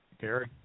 Gary